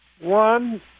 One